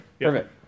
Perfect